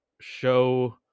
Show